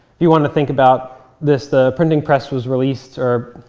you want to think about this the printing press was released or